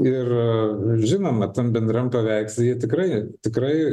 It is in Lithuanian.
ir žinoma tam bendram paveiksle jie tikrai tikrai